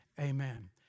Amen